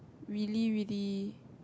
really really